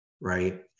right